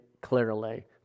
clearly